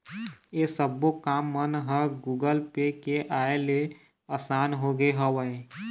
ऐ सब्बो काम मन ह गुगल पे के आय ले असान होगे हवय